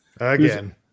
Again